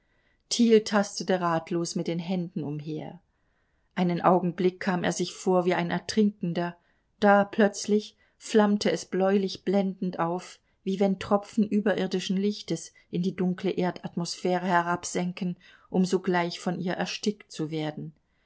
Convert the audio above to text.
tastete ratlos mit den händen umher einen augenblick kam er sich vor wie ein ertrinkender da plötzlich flammte es bläulich blendend auf wie wenn tropfen überirdischen lichtes in die dunkle erdatmosphäre herabsänken um sogleich von ihr erstickt zu werden